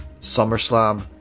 SummerSlam